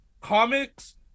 comics